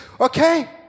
okay